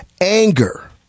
anger